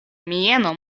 mieno